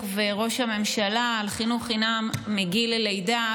וראש הממשלה על חינוך חינם מגיל לידה.